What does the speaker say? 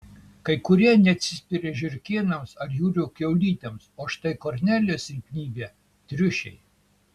kai kurie neatsispiria žiurkėnams ar jūrų kiaulytėms o štai kornelijos silpnybė triušiai